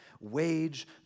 wage